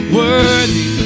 worthy